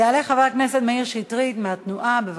יעלה חבר הכנסת מאיר שטרית מהתנועה, בבקשה,